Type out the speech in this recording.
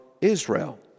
Israel